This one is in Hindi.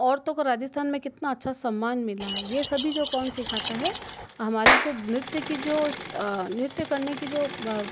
औरतों को राजस्थान में कितना अच्छा सम्मान मिला है यह सभी जो कौन सिखाता है हमारी तो नृत्य की जो नृत्य करने कि जो